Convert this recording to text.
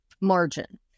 margin